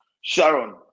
Sharon